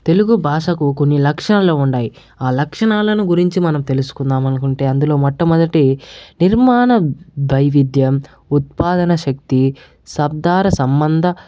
తెలుగు భాషకు కొన్ని లక్షణాలు ఉండాయి ఆ లక్షణాలను గురించి మనం తెలుసుకుందాం అనుకుంటే అందులో మొట్టమొదటి నిర్మాణ ధైవిధ్యం ఉత్పాదన శక్తి సబ్దార సంబంధ